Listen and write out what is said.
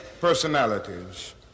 personalities